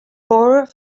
four